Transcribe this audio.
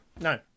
No